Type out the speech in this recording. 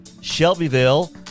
Shelbyville